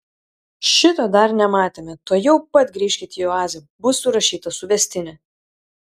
šito dar nematėme tuojau pat grįžkit į oazę bus surašyta suvestinė